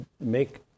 make